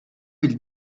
ils